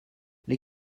les